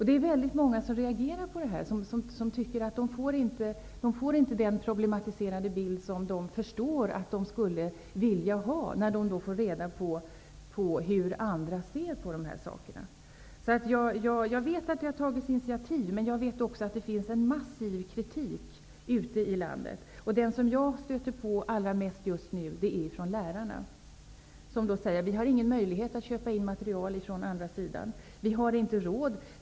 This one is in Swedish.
Det är många som reagerar mot detta och tycker att de inte får den problematiserade bild som de, om de fick reda på andras syn på dessa frågor, skulle förstå vikten av. Jag vet att initiativ har tagits, men jag vet också att det finns en massiv kritik ute i landet. Den som jag allra mest stöter på just nu kommer från lärarna, som säger att de inte har någon möjlighet att köpa in material från nej-sidan eftersom de inte har råd.